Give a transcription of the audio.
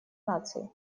наций